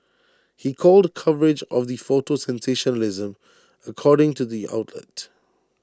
he called coverage of the photo sensationalism according to the outlet